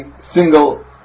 single